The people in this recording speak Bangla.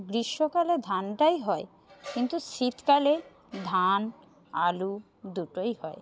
গ্রীষ্মকালে ধানটাই হয় কিন্তু শীতকালে ধান আলু দুটোই হয়